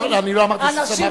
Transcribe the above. אני לא אמרתי ששמחנו.